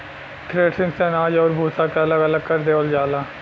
threshing से अनाज आउर भूसा के अलग अलग कर देवल जाला